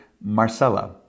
Marcella